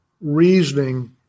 reasoning